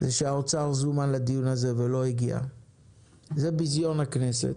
זה שהאוצר זומן לדיון הזה ולא הגיע - זה ביזיון הכנסת.